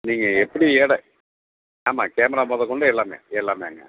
நீங்கள் எப்படி எடை ஆமாம் கேமரா முதக் கொண்டு எல்லாமே எல்லாமேங்க